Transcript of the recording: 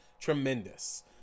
tremendous